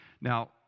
Now